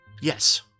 Yes